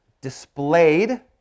displayed